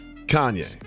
Kanye